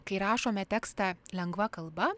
kai rašome tekstą lengva kalba